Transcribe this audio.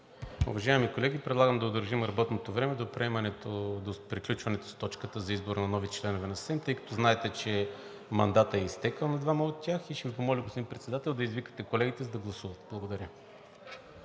Уважаеми колеги, предлагам да удължим работното време до приключването на точката за избор на нови членове на СЕМ, тъй като знаете, че мандатът е изтекъл на двама от тях. Ще Ви помоля, господин Председател, да извикате колегите, за да гласуват. Благодаря.